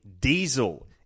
Diesel